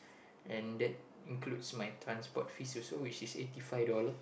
and that includes my transport fees also which is eighty five dollars